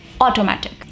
automatic